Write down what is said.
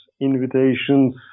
invitations